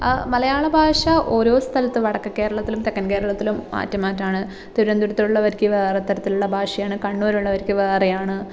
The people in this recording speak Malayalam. ആ മലയാള ഭാഷ ഓരോ സ്ഥലത്തും വടക്ക് കേരളത്തിലും തെക്കൻ കേരളത്തിലും മാറ്റി മാറ്റാണ് തിരുവനന്തപുരത്തുള്ളവർക്ക് വേറെ തരത്തിലുള്ള ഭാഷയാണ് കണ്ണൂരുള്ളവർക്ക് വേറെയാണ്